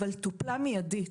אבל היא טופלה מיידית.